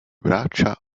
braccia